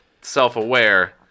self-aware